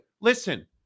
listen